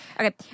Okay